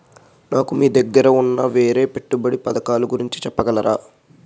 నాకు మీ దగ్గర ఉన్న వేరే పెట్టుబడి పథకాలుగురించి చెప్పగలరా?